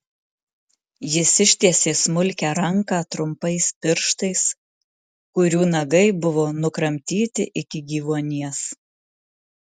jis ištiesė smulkią ranką trumpais pirštais kurių nagai buvo nukramtyti iki gyvuonies